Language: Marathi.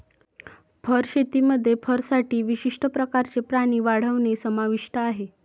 फर शेतीमध्ये फरसाठी विशिष्ट प्रकारचे प्राणी वाढवणे समाविष्ट आहे